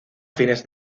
fines